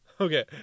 Okay